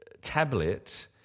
tablet